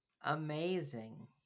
Amazing